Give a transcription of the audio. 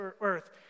earth